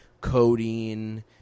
codeine –